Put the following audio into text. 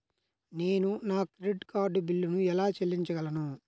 నేను నా credit card బిల్లును ఎలా చెల్లించగలను?